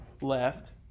left